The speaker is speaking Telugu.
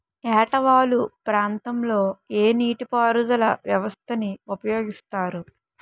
ఏట వాలు ప్రాంతం లొ ఏ నీటిపారుదల వ్యవస్థ ని ఉపయోగిస్తారు?